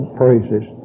praises